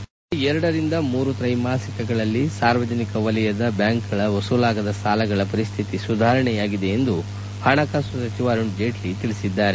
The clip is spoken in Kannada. ಕಳೆದ ಎರಡರಿಂದ ಮೂರು ತ್ರೈಮಾಸಿಕಗಳಲ್ಲಿ ಸಾರ್ವಜನಿಕ ವಲಯದ ಬ್ಹಾಂಕ್ಗಳ ವಸೂಲಾಗದ ಸಾಲಗಳ ಪರಿಸ್ಥಿತಿ ಸುಧಾರಣೆಯಾಗಿದೆ ಎಂದು ಹಣಕಾಸು ಸಚಿವ ಅರುಣ್ ಜೇಟ್ಲ ಹೇಳಿದ್ದಾರೆ